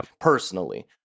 personally